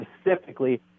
specifically